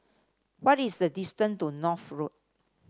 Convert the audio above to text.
what is the distance to North Road